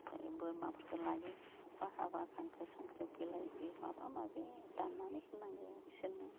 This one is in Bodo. ओमफ्राय बोरमाफोरखो लायो अखा हाबा खांखो सांखो बिलाइ होयो माबा माबि दाननानै होनांगो इसोरनो